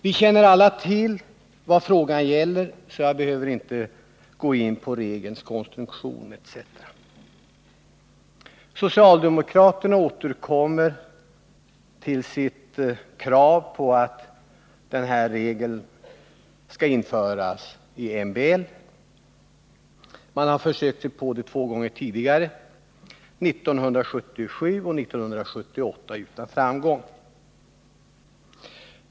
Vi känner alla till vad frågan gäller, så jag behöver inte gå in på regelns konstruktion etc. Socialdemokraterna återkommer med sitt krav på att 200-kronorsregeln skall införas i MBL. Man har två gånger tidigare framfört samma krav, 1977 och 1978, men utan framgång.